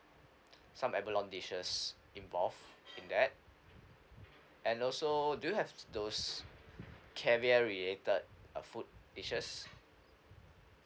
some abalone dishes involved in that and also do you have those caviar related uh food dishes